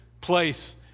place